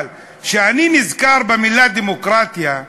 אבל כשאני נזכר במילה "דמוקרטיה",